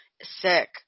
sick